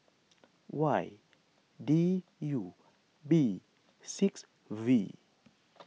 Y D U B six V